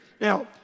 Now